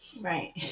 right